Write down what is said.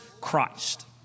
Christ